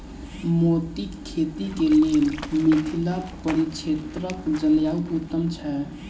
मोतीक खेती केँ लेल मिथिला परिक्षेत्रक जलवायु उत्तम छै?